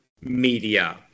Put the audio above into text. media